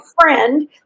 friend